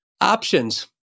options